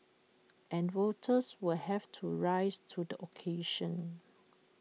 and voters will have to rise to the occasion